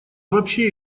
вообще